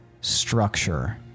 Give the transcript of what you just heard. structure